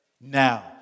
now